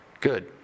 Good